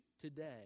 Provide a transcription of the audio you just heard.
today